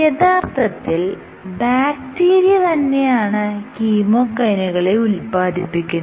യഥാർത്ഥത്തിൽ ബാക്ടീരിയ തന്നെയാണ് കീമോകൈനുകളെ ഉത്പ്പാദിപ്പിക്കുന്നത്